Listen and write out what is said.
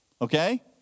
Okay